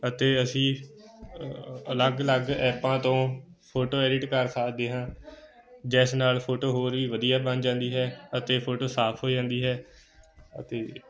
ਅਤੇ ਅਸੀਂ ਅਲੱਗ ਅਲੱਗ ਐਪਾਂ ਤੋਂ ਫੋਟੋ ਐਡਿਟ ਕਰ ਸਕਦੇ ਹਾਂ ਜਿਸ ਨਾਲ ਫੋਟੋ ਹੋ ਰਹੀ ਵਧੀਆ ਬਣ ਜਾਂਦੀ ਹੈ ਅਤੇ ਫੋਟੋ ਸਾਫ ਹੋ ਜਾਂਦੀ ਹੈ ਅਤੇ